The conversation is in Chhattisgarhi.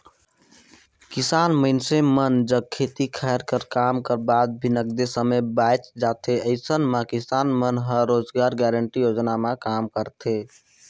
किसान मइनसे मन जग खेती खायर कर काम कर बाद भी नगदे समे बाएच जाथे अइसन म किसान मन ह रोजगार गांरटी योजना म काम करथे